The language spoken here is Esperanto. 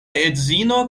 edzino